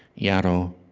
yarrow,